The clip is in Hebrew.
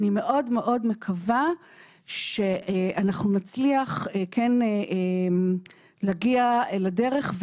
אני מאוד מקווה שאנחנו נצליח כן נגיע לדרך,